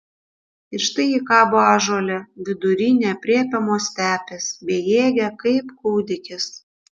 ir štai ji kabo ąžuole vidury neaprėpiamos stepės bejėgė kaip kūdikis